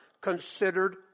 considered